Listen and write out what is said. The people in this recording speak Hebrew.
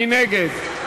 מי נגד?